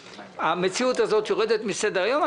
המציאות הזאת יורדת מסדר היום.